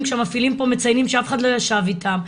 כשהמפעילים פה מציינים שאף אחד לא ישב איתם,